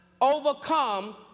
overcome